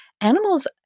animals